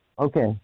Okay